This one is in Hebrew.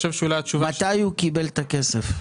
מתי הוא קיבל את הכסף?